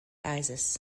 isis